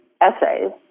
essays